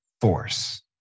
force